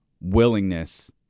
willingness